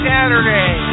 Saturday